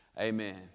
Amen